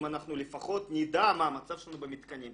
אנחנו לפחות נדע מה המצב שלנו במתקנים,